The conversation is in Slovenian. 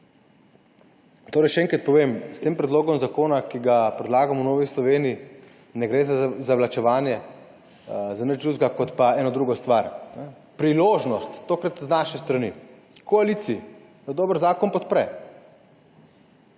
Še enkrat povem, s tem predlogom zakona, ki ga predlagamo v Novi Sloveniji, ne gre za zavlačevanje, za nič drugega kot za eno drugo stvar, priložnost, tokrat z naše strani, koaliciji, da dober zakon podpre.